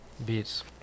beats